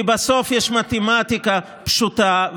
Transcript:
כי בסוף יש מתמטיקה פשוטה,